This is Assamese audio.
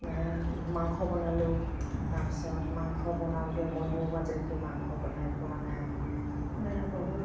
মাংস বনালোঁ তাৰ পাছত মাংস বনাওঁতে মইতো আজিলৈকে মাংস বনাই পোৱা নাই মানে বহুত